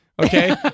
Okay